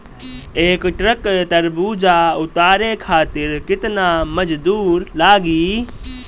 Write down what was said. एक ट्रक तरबूजा उतारे खातीर कितना मजदुर लागी?